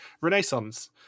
Renaissance